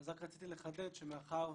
רק רציתי לחדד שמאחר